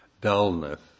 Dullness